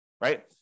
right